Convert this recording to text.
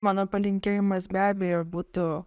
mano palinkėjimas be abejo būtų